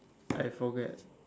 I forget